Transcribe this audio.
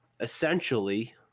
essentially